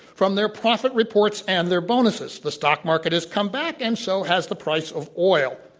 from their profit reports and their bonuses. the stock market has come back and so has the price of oil.